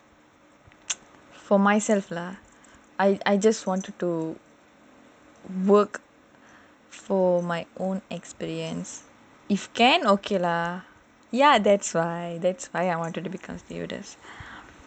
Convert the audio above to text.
for myself lah I just want to work for my own experience if can okay lah ya that's why that's why I wanted to become stewardess